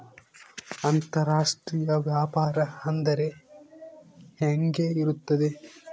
ಅಂತರಾಷ್ಟ್ರೇಯ ವ್ಯಾಪಾರ ಅಂದರೆ ಹೆಂಗೆ ಇರುತ್ತದೆ?